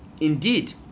indeed